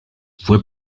fue